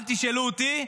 אל תשאלו אותי,